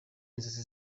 inzozi